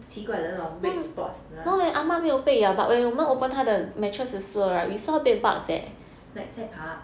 奇怪的那种 red spots like 在爬 ah